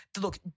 look